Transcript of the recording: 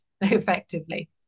effectively